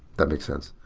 that makes sense.